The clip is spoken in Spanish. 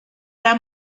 era